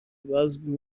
bazwiho